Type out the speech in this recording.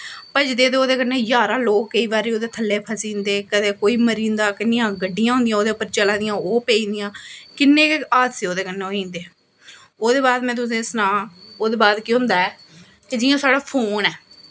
भजदे ते ओह्दे कन्नै ज्हारां लोग केईं बारी ओह्दे थल्लै फसी जंदे कदें कोई मरी जंदा किन्नियां गड्डियां होंदियां चला दियां ओह्दे पर ओह् पेई जंदियां किन्ने गै हादसे ओह्दे कन्नै होई जंदे ओह्दे बाद में तुसेंगी सनां ओह्दे बाद केह् होंदा ऐ कि जियां साढ़ा फोन ऐ